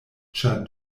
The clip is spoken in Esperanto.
ĉar